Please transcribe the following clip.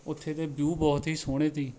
ਉੱਥੇ ਦੇ ਵਿਊ ਬਹੁਤ ਹੀ ਸੋਹਣੇ ਸੀ